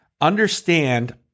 understand